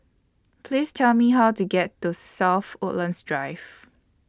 Please Tell Me How to get to South Woodlands Drive